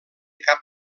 cap